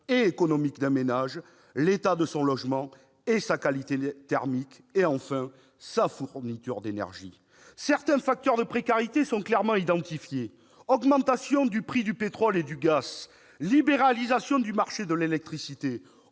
et économique d'un ménage, sur l'état de son logement, sa qualité thermique et sa fourniture d'énergie. Certains facteurs de précarité sont clairement identifiés : augmentation du prix du pétrole et du gaz, libéralisation du marché de l'électricité,